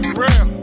real